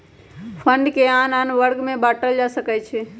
fund के आन आन वर्ग में बाटल जा सकइ छै